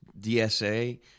DSA